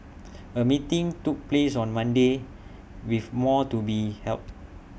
A meeting took place on Monday with more to be held